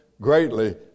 greatly